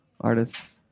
artists